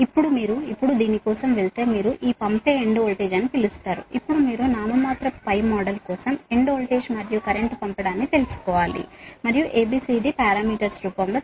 ఇప్పుడు మీరు ఇప్పుడు దీని కోసం వెళితే మీరు ఈ పంపే ఎండ్ వోల్టేజ్ అని పిలుస్తారు ఇప్పుడు మీరు నామినల్ పద్ధతి కోసం ఎండ్ వోల్టేజ్ మరియు కరెంట్ పంపడాన్ని తెలుసుకోవాలి మరియు A B C D పారామితుల రూపంలో